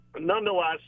Nonetheless